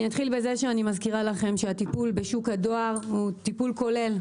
אני אתחיל בזה שאני מזכירה לכם שהטיפול בשוק הדואר הוא טיפול כולל,